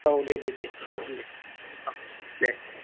औ दे दे दे जागोन दे औ दे औ